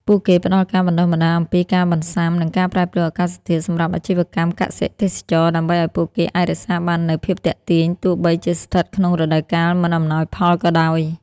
ពួកគេផ្ដល់ការបណ្ដុះបណ្ដាលអំពីការបន្ស៊ាំនឹងការប្រែប្រួលអាកាសធាតុ សម្រាប់អាជីវកម្មកសិ-ទេសចរណ៍ ដើម្បីឱ្យពួកគេអាចរក្សាបាននូវភាពទាក់ទាញទោះបីជាស្ថិតក្នុងរដូវកាលមិនអំណោយផលក៏ដោយ។